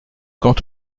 quant